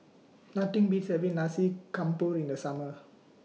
Nothing Beats having Nasi Campur in The Summer